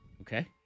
Okay